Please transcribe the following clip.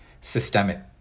systemic